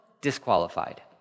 disqualified